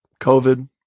COVID